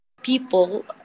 People